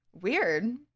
weird